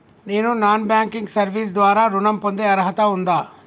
నేను non banking service ద్వారా ఋణం పొందే అర్హత ఉందా?